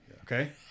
Okay